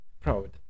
proud